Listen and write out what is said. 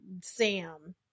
Sam